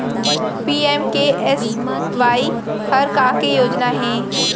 PMKSY हर का के योजना हे?